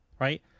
right